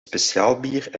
speciaalbier